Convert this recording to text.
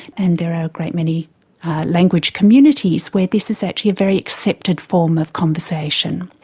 and there are a great many language communities where this is actually a very accepted form of conversation.